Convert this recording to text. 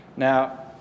Now